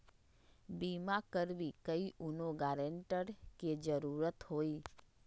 बिमा करबी कैउनो गारंटर की जरूरत होई?